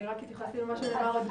אני רק התייחסתי למה שנאמר עד כה.